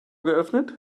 geöffnet